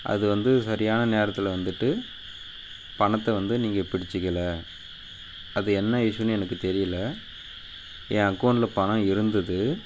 அது வந்து சரியான நேரத்தில் வந்துட்டு பணத்தை வந்து நீங்கள் பிடிச்சிக்கலை அது என்ன இஸ்யூனு எனக்கு தெரியல என் அக்கௌண்டில் பணம் இருந்தது